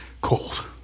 cold